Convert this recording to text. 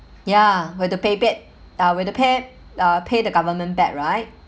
ya we have to pay back uh we have to pay uh pay the government back right